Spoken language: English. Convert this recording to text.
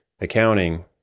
accounting